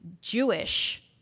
jewish